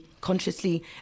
consciously